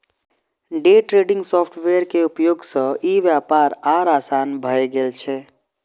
day trading software के उपयोग सं ई व्यापार आर आसान भए गेल छै